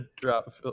drop